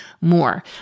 more